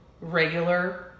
regular